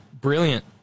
brilliant